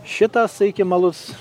šitas sakykim alus